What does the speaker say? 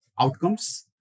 outcomes